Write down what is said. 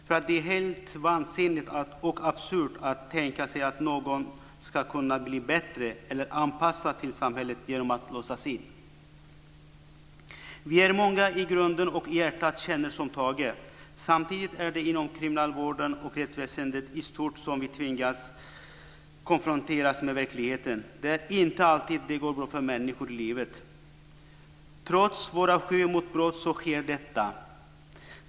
För det är helt vansinnigt och absurt att tänka sig att nån ska kunna bli 'bättre' eller anpassad till samhället genom att låsas in." Vi är många som i grunden och i hjärtat känner som Tage. Samtidigt är det inom kriminalvården och rättsväsendet i stort som vi tvingas konfronteras med verkligheten. Det är inte alltid det går bra för människor i livet. Trots vår avsky mot brott så sker detta.